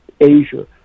Asia